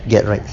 ya right